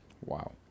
Wow